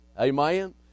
Amen